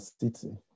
city